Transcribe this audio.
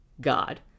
God